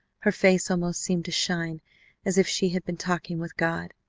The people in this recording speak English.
her face almost seemed to shine as if she had been talking with god.